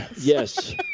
Yes